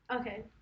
Okay